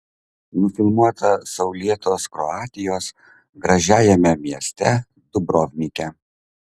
nufilmuota saulėtos kroatijos gražiajame mieste dubrovnike